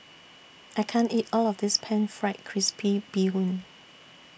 I can't eat All of This Pan Fried Crispy Bee Hoon